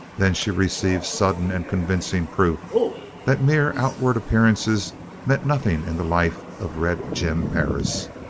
then she received sudden and convincing proof that mere outward appearances meant nothing in the life of red jim perris.